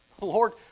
Lord